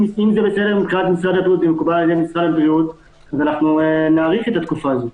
אם מקובל על משרד הבריאות, נאריך את התקופה הזו.